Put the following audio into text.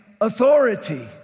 authority